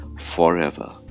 forever